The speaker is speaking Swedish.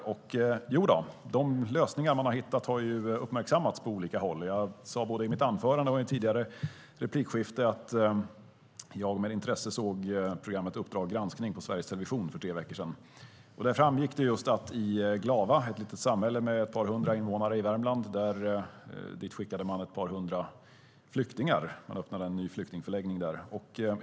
De lösningar som man har hittat har uppmärksammats på olika håll. Jag sade både i mitt anförande och i ett tidigare replikskifte att jag med intresse såg programmet Uppdrag granskning i Sveriges Television för tre veckor sedan. Där framgick det att man till Glava, ett litet samhälle i Värmland med ett par hundra invånare, skickade ett par hundra flyktingar. Man öppnade en ny flyktingförläggning där.